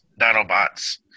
Dinobots